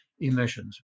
emissions